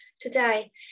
today